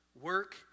Work